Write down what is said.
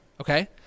okay